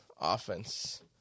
offense